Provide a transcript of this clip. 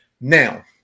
Now –